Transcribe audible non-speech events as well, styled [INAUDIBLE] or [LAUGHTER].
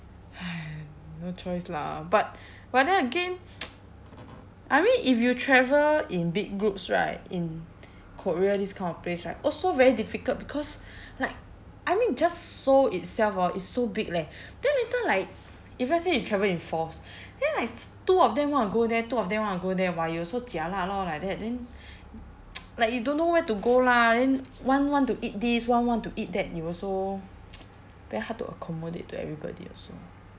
!hais! no choice lah but but then again [NOISE] I mean if you travel in big groups right in korea this kind of place right also very difficult because like I mean just seoul itself hor is so big leh then later like if let's say you travel in fours then like two of them want to go there two of them want to go there !wah! you also jialat lor like that then [NOISE] like you don't know where to go lah then one want to eat this one want to eat that you also [NOISE] very hard to accommodate to everybody also